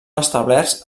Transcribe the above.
establerts